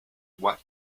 what